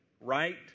right